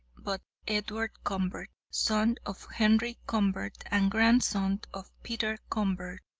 but edward convert, son of henry convert, and grandson of peter convert,